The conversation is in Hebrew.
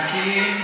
תמתיני.